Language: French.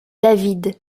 david